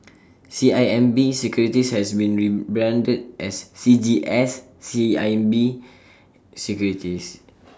C I M B securities has been rebranded as C G S C I M B securities